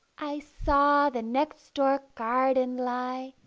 i saw the next door garden lie,